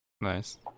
Nice